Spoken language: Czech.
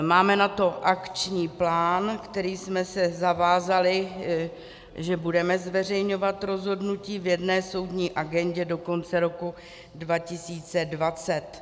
Máme na to akční plán, kterým jsme se zavázali, že budeme zveřejňovat rozhodnutí v jedné soudní agendě do konce roku 2020.